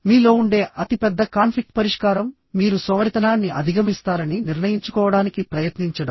మీలో ఉండే అతిపెద్ద కాన్ఫ్లిక్ట్ పరిష్కారం మీరు సోమరితనాన్ని అధిగమిస్తారని నిర్ణయించుకోవడానికి ప్రయత్నించడం